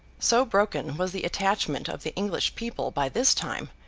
so broken was the attachment of the english people, by this time,